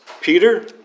Peter